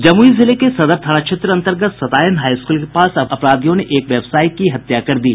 जमुई जिले के सदर थाना क्षेत्र अंतर्गत सतायन हाईस्कूल के पास अपराधियों ने एक कपड़ा व्यवसायी की हत्या कर दी